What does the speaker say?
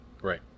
Right